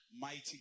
Mighty